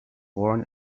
born